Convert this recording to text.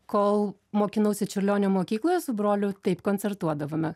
kol mokinausi čiurlionio mokykloje su broliu taip koncertuodavome